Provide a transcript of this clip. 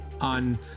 on